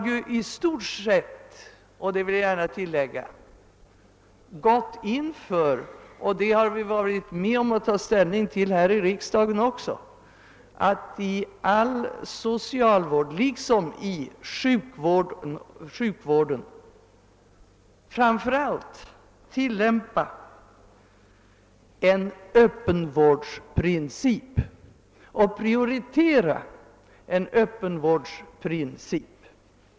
Jag vill gärna tillägga att man i stort sett gått in för, vilket riksdagen också tagit ställning till, att i all socialvård liksom beträffande sjukvård framför allt tillämpa en Ööppenvårdsprincip och prioritera denna princip.